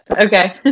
Okay